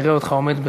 נראה אותך עומד בזה.